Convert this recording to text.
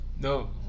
No